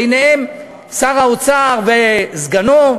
ביניהם שר האוצר וסגנו,